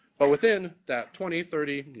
but within that twenty, thirty, you